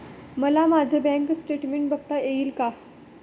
मला माझे bank statement बघता येईल का?